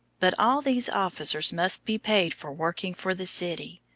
but all these officers must be paid for working for the city,